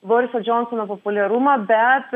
boriso džonsono populiarumą bet